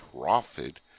profit